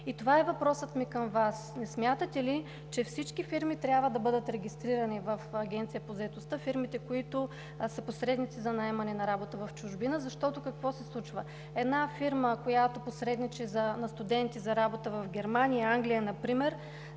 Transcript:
Това е въпросът ми към Вас: не смятате ли, че всички фирми трябва да бъдат регистрирани в Агенцията по заетостта – фирмите, които са посредници за наемане на работа в чужбина? Защото се случва фирма, която посредничи за работа в Германия и Англия например,